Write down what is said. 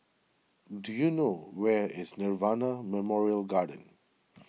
do you know where is Nirvana Memorial Garden